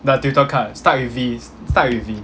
the tutor card start with V start with V